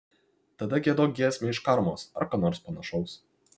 tada giedok giesmę iš karmos ar ką nors panašaus